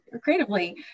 creatively